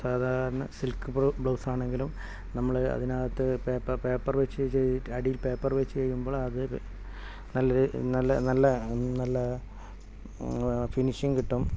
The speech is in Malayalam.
സാധാരണ സിൽക്ക് ബ്ലാ ബ്ലൗസാണെങ്കിലും നമ്മൾ അതിനകത്ത് പേപ്പർ പേപ്പർ വെച്ച് ചെയ്ത് അടിയിൽ പേപ്പർ വെച്ച് ചെയ്യുമ്പോൾ അത് നല്ല രീതിയിൽ നല്ല നല്ല നല്ല ഫിനിഷിംഗ് കിട്ടും